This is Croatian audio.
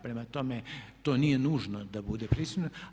Prema tome, to nije nužno da bude prisutan.